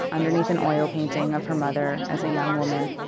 underneath an oil painting of her mother as a young woman.